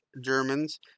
Germans